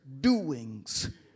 doings